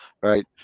right